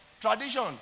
Tradition